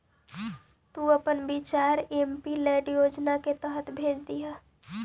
तु अपन विचार एमपीलैड योजना के समय भेज दियह